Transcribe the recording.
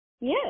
Yes